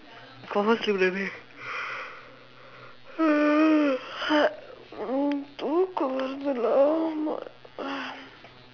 confirm sleep already தூக்கம் வருது:thuukkam varuthu lah